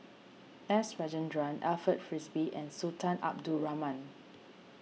S Rajendran Alfred Frisby and Sultan Abdul Rahman